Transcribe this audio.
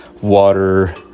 water